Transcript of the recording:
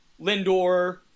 Lindor